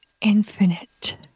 infinite